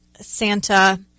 santa